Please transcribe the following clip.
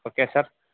okay sir